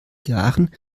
jahren